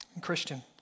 Christian